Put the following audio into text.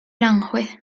aranjuez